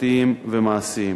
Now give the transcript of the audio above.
משפטיים ומעשיים.